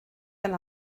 and